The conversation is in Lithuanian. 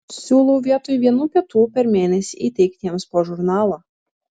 siūlau vietoj vienų pietų per mėnesį įteikti jiems po žurnalą